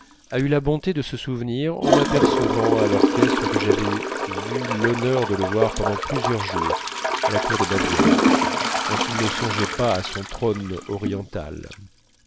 a eu la bonté de se souvenir en m'apercevant à l'orchestre que j'avais eu l'honneur de le voir plusieurs jours à la cour de bavière quand il ne songeait pas à son trône oriental